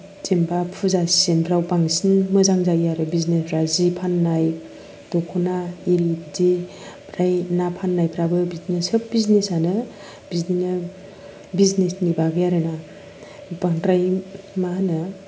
जेनबा फुजा सिजोन फ्राव बांसिन मोजां जायो आरो बिजनेस फ्रा जि फाननाय दखना इरि बिदि ओमफ्राय ना फाननायफ्राबो बिदिनो सोब बिजनेसानो बिदिनो बिजनेस नि बागै आरोना बांद्राय मा होनो